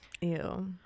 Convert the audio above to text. Ew